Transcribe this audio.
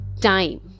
time